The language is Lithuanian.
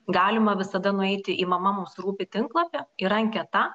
galima visada nueiti į mama mums rūpi tinklapį ir anketa